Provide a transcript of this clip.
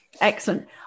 Excellent